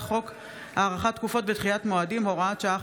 חוק הארכת תקופות ודחיית מועדים (הוראת שעה,